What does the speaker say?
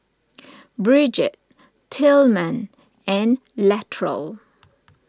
Brigitte Tilman and Latrell